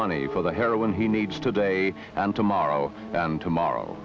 money for the heroin he needs today and tomorrow and tomorrow